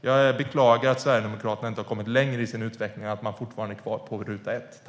Jag beklagar att Sverigedemokraterna inte har kommit längre i sin utveckling utan fortfarande är kvar på ruta ett.